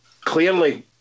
Clearly